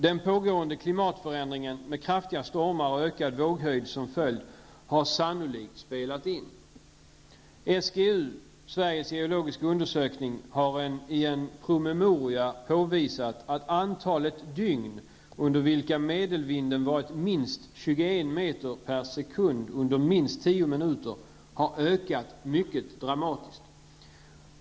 Den pågående klimatförändringen med kraftiga stormar och ökad våghöjd som följd har sannolikt spelat in. SGU, Sveriges geologiska undersökning, har i en promemoria påvisat att antalet dygn under vilka medelvinden varit minst 21 meter per sekund under minst 10 minuter har ökat mycket dramatiskt.